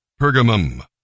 Pergamum